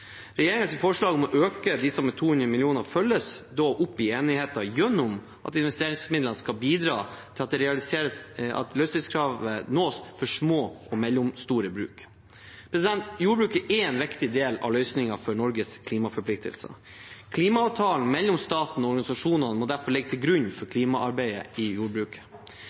forslag om å øke disse med 200 mill. kr følges opp i enigheten gjennom at investeringsmidlene skal bidra til at løsdriftskravet nås for små og mellomstore bruk. Jordbruket er en viktig del av løsningen for å nå Norges klimaforpliktelser. Klimaavtalen mellom staten og organisasjonene må derfor ligge til grunn for klimaarbeidet i jordbruket.